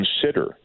consider